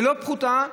ולא פחותה,